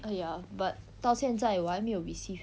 !aiya! but 到现在我还没有 receive